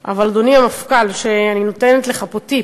אבל, אדוני המפכ"ל, אני נותנת לך פה טיפ: